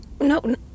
No